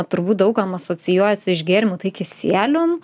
turbūt daug kam asocijuojasi iš gėrimų tai kisielium